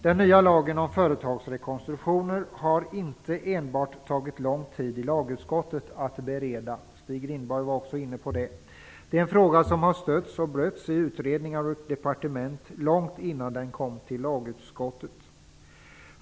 Den nya lagen om företagsrekonstruktioner har inte enbart tagit lång tid i lagutskottet att bereda - detta var också Stig Rindborg inne på. Det är en fråga som har stötts och blötts i utredningar och departement långt innan den kom till lagutskottet.